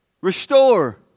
Restore